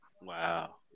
Wow